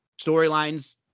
storylines